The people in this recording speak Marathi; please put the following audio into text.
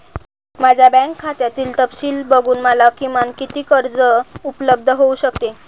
माझ्या बँक खात्यातील तपशील बघून मला किमान किती कर्ज उपलब्ध होऊ शकते?